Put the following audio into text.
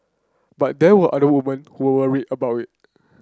but there were other woman who were worried about it